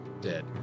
Dead